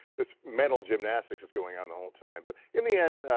this mental gymnastics is going on the whole time. but in the end,